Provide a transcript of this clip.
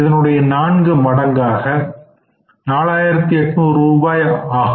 இதனுடைய நான்கு மடங்கு 4800 ரூபாய் ஆகும்